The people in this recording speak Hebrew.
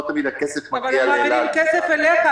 לא תמיד הכסף מגיע לאל-על בכלל.